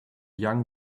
young